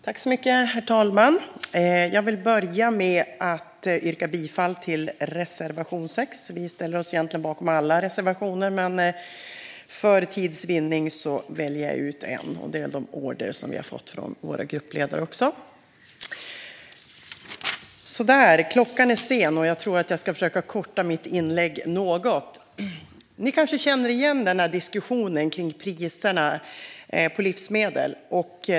Herr talman! Jag vill börja med att yrka bifall till reservation 6. Vi ställer oss egentligen bakom alla våra reservationer, men för tids vinnande och i enlighet med de order vi fått från våra gruppledare väljer jag ut en. Klockan är sen, och jag tror att jag ska försöka korta ned mitt inlägg något. Ni kanske känner igen diskussionen om priserna på livsmedel.